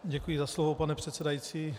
Děkuji za slovo, pane předsedající.